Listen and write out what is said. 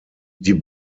die